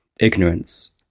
ignorance